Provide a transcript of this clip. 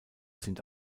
sind